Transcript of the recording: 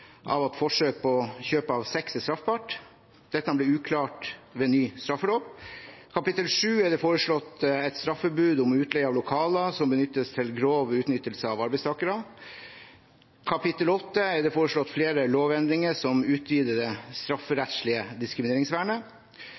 av at forsøk på kjøp av sex er straffbart. Dette ble uklart ved ny straffelov. I kapittel 7 er det foreslått et straffebud om utleie av lokaler som benyttes til grov utnyttelse av arbeidstakere. I kapittel 8 er det foreslått flere lovendringer som utvider det strafferettslige diskrimineringsvernet.